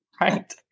Right